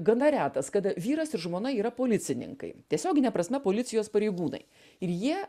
gana retas kada vyras ir žmona yra policininkai tiesiogine prasme policijos pareigūnai ir jie